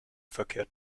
verkehrt